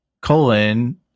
colon